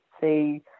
see